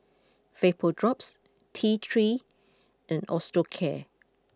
VapoDrops T three and Osteocare